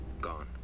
Gone